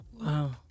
Wow